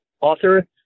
author